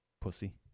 Pussy